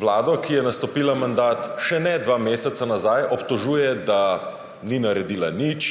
vlado, ki je nastopila mandat še ne dva meseca nazaj, obtožuje, da ni naredila nič.